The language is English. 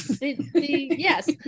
yes